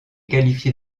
qualifiée